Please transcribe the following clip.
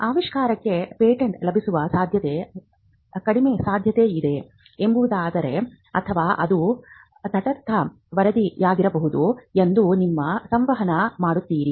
ಆವಿಷ್ಕಾರಕ್ಕೆ ಪೇಟೆಂಟ್ ಲಭಿಸುವ ಸಾಧ್ಯತೆ ಕಡಿಮೆ ಸಾಧ್ಯತೆಯಿದೆ ಎಂಬುದಾಗಿರುತ್ತದೆ ಅಥವಾ ಅದು ತಟಸ್ಥ ವರದಿಯಾಗಿರಬಹುದು ಎಂದು ನೀವು ಸಂವಹನ ಮಾಡುತ್ತೀರಿ